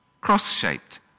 Cross-shaped